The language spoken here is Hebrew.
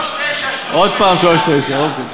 3.9% עוד פעם 3.9%. אוקיי.